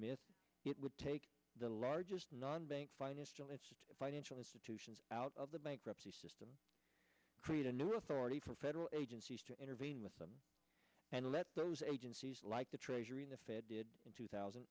myth it would take the largest non bank financial its financial institutions out of the the system create a new authority for federal agencies to intervene with them and let those agencies like the treasury the fed did in two thousand